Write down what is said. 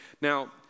Now